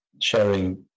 sharing